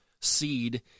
seed